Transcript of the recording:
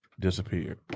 disappeared